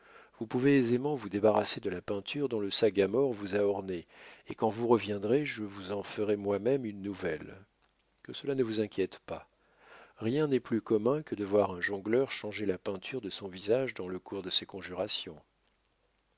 vous pouvez aisément vous débarrasser de là peinture dont le sagamore vous a orné et quand vous reviendrez je vous en ferai moi-même une nouvelle que cela ne vous inquiète pas rien n'est plus commun que de voir un jongleur changer la peinture de son visage dans le cours de ses conjurations